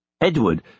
Edward